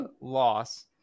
loss